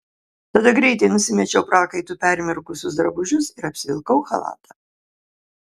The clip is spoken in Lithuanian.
tada greitai nusimečiau prakaitu permirkusius drabužius ir apsivilkau chalatą